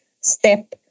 step